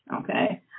okay